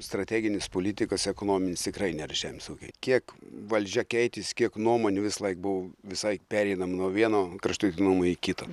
strateginis politikos ekonominis tikrai nėra žemės ūkiai kiek valdžia keitėsi kiek nuomonių visąlaik buvo visai pereinam nuo vieno kraštutinumo į kitą